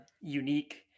unique